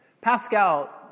Pascal